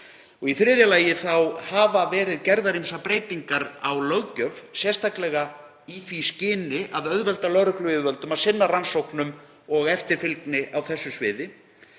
Í þriðja lagi hafa verið gerðar ýmsar breytingar á löggjöf, sérstaklega í því skyni að auðvelda lögregluyfirvöldum að sinna rannsóknum og eftirfylgni á þessu sviði.